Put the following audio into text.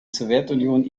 sowjetunion